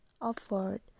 offered